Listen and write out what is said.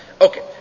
Okay